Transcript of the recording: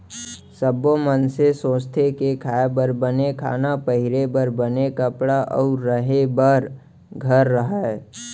सब्बो मनसे सोचथें के खाए बर बने खाना, पहिरे बर बने कपड़ा अउ रहें बर घर रहय